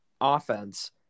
offense